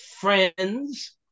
friends